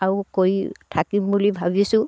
আৰু কৰি থাকিম বুলি ভাবিছোঁ